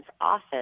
office